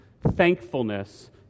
thankfulness